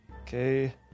Okay